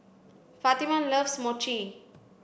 Fatima loves Mochi